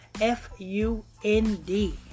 F-U-N-D